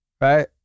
right